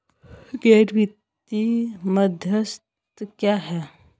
गैर वित्तीय मध्यस्थ क्या हैं?